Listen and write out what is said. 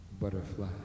Butterfly